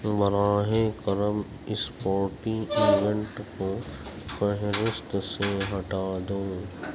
براہ کرم sporty event کو فہرست سے ہٹا دو